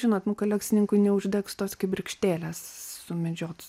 žinot nu kolekcininkui neuždegs tos kibirkštėlės sumedžiot